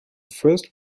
first